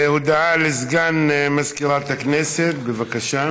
הודעה לסגן מזכירת הכנסת, בבקשה.